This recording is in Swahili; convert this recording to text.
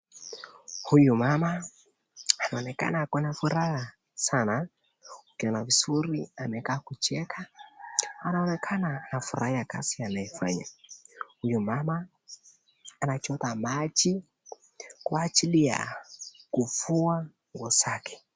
Huyu mama anaonekana ako na furaha sana , ukiona vizuri amekaa kucheka, anaonekana anafurahia kazi anayefanya. Huyu mama anachota ,aji kwa ajili ya kufua nguo zake.